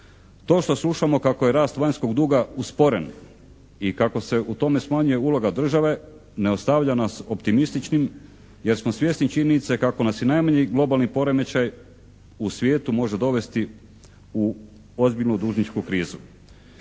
To što slušamo kako je rast vanjskog duga usporen i kako se u tome smanjuje uloga države ne ostavlja nas optimističnim jer smo svjesni činjenice kako nas i najmanji globalni poremećaj u svijetu može dovesti u ozbiljnu dužničku krizu.